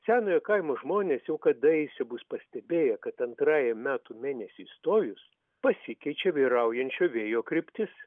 senojo kaimo žmonės jau kadaise bus pastebėję kad antrajam metų mėnesiui stojus pasikeičia vyraujančio vėjo kryptis